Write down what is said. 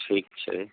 ठीक छै